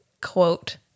quote